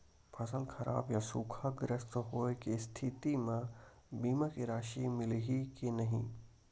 फसल खराब या सूखाग्रस्त होय के स्थिति म बीमा के राशि मिलही के नही?